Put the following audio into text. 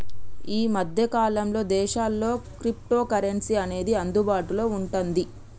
యీ మద్దె కాలంలో ఇదేశాల్లో క్రిప్టోకరెన్సీ అనేది అందుబాటులో వుంటాంది